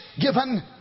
given